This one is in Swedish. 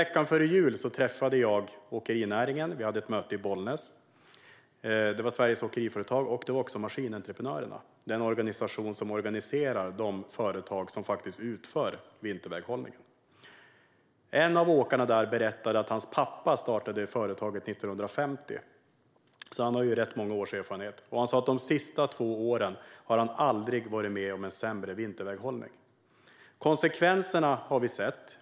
Veckan före jul träffade jag därför åkerinäringen. Vi hade ett möte i Bollnäs där Sveriges Åkeriföretag och Maskinentreprenörarena, den organisation som organiserar de företag som faktiskt sköter vinterväghållningen, var med. En av åkarna berättade att hans pappa startade företaget 1950. Han har alltså rätt många års erfarenhet, och han sa att han aldrig varit med om sämre vinterväghållning än under de senaste två åren. Konsekvenserna har vi sett.